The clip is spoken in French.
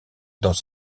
dans